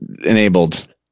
enabled